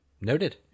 Noted